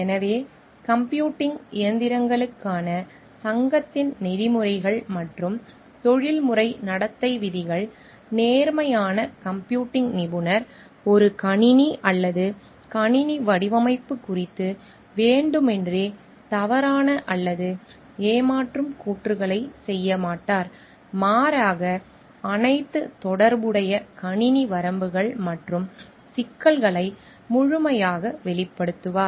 எனவே கம்ப்யூட்டிங் இயந்திரங்களுக்கான சங்கத்தின் நெறிமுறைகள் மற்றும் தொழில்முறை நடத்தை விதிகள் நேர்மையான கம்ப்யூட்டிங் நிபுணர் ஒரு கணினி அல்லது கணினி வடிவமைப்பு குறித்து வேண்டுமென்றே தவறான அல்லது ஏமாற்றும் கூற்றுகளைச் செய்ய மாட்டார் மாறாக அனைத்து தொடர்புடைய கணினி வரம்புகள் மற்றும் சிக்கல்களை முழுமையாக வெளிப்படுத்துவார்